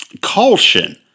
caution